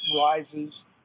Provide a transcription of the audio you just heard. rises